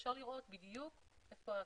ואפשר לראות בדיוק את כל הקשיים,